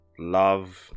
Love